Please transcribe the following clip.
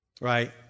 right